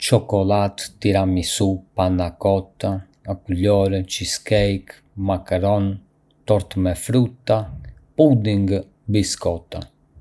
Ka shumë lloje ëmbëlsirash, si tortë me çokollatë, tiramisù, panna cotta, akullore, cheesecake, makaron, tortë me fruta, puding dhe biskota. Çdo ëmbëlsirë ka shijen e saj unike dhe shpesh shërbehet në raste speciale.